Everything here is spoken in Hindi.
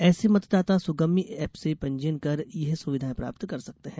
ऐसे मतदाता सुगम्य एप से पंजीयन कर यह सुविधाएँ प्राप्त कर सकते हैं